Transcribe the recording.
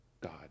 God